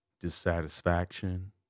dissatisfaction